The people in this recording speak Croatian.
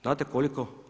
Znate koliko?